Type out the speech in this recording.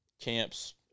camps